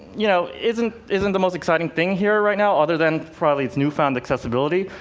you know, isn't isn't the most exciting thing here right now, other than probably its newfound accessibility.